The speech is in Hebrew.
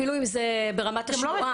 אפילו אם זה ברמת השמועה.